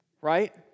right